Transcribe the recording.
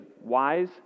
wise